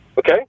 Okay